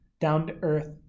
down-to-earth